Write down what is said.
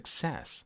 success